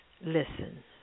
Listen